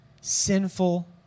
sinful